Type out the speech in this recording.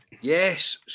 Yes